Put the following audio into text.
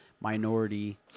minority